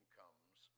comes